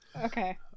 okay